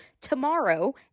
tomorrow